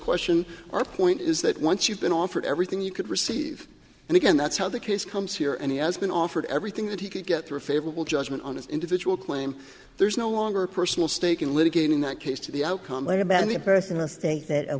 question our point is that once you've been offered everything you could receive and again that's how the case comes here and he has been offered everything that he could get through favorable judgment on his individual claim there's no longer a personal stake in litigating that case to the outcome but about the person i think that